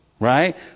Right